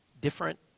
different